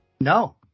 No